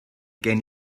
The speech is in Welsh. gen